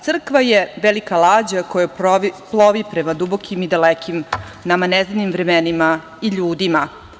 Crkva je velika lađa koja plovi prema dubokim i dalekim nama neznanim vremenima i ljudima.